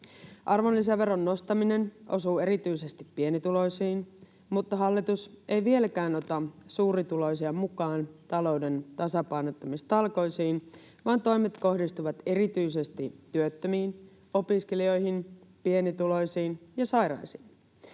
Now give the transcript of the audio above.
Arvonlisäveron nostaminen osuu erityisesti pienituloisiin, mutta hallitus ei vieläkään ota suurituloisia mukaan talouden tasapainottamistalkoisiin, vaan toimet kohdistuvat erityisesti työttömiin, opiskelijoihin, pienituloisiin ja sairaisiin.